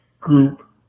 group